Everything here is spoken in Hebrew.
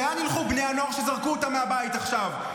לאן ילכו בני הנוער שזרקו אותם מהבית עכשיו?